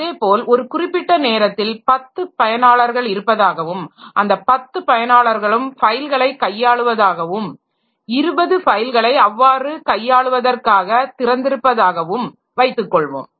அதேபோல் ஒரு குறிப்பிட்ட நேரத்தில் 10 பயனாளர்கள் இருப்பதாகவும் அந்த 10 பயனாளர்களும் ஃபைல்களை கையாளுவதாகவும் 20 ஃபைல்களை அவ்வாறு கையாளுவதற்க்காக திறந்திருப்பதாகவும் வைத்துக் கொள்வோம்